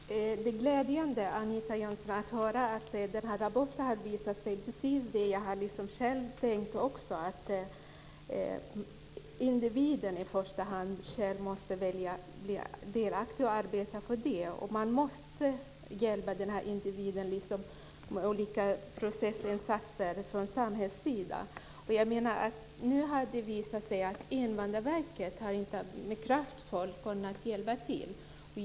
Herr talman! Det är glädjande, Anita Jönsson, att höra att denna rapport har visat precis det som jag själv har tänkt, nämligen att individen i första hand själv måste välja att bli delaktig och arbeta för det. Man måste hjälpa den här individen med olika processinsatser från samhällets sida. Nu har det visat sig att Invandrarverket inte med kraft har kunnat hjälpa till.